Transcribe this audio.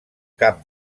cap